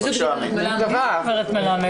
מי זאת גברת מלמד?